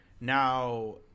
Now